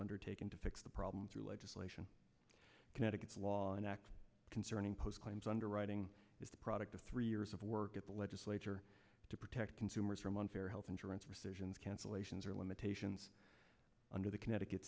undertaken to fix the problem through legislation connecticut's law an act concerning post claims underwriting is the product of three years of work at the legislature to protect consumers from unfair health insurance rescissions cancellations or limitations under the connecticut